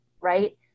right